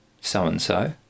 so-and-so